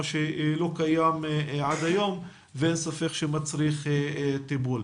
מה שלא קיים עד היום ואין ספק שמצריך טיפול.